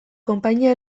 konpainia